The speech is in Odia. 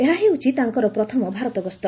ଏହା ହେଉଛି ତାଙ୍କର ପ୍ରଥମ ଭାରତ ଗସ୍ତ